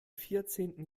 vierzehnten